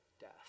Death